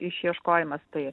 išieškojimas tai